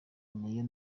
niyo